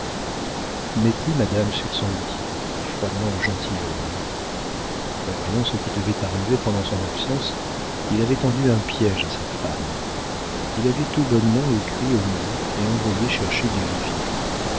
mettez madame sur son lit dit froidement le gentilhomme prévoyant ce qui devait arriver pendant son absence il avait tendu un piége à sa femme il avait tout bonnement écrit au maire et envoyé chercher duvivier